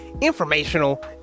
informational